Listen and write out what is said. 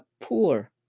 poor